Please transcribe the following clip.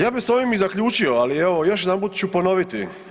Ja bi s ovim i zaključio, ali evo još jedanput ću ponoviti.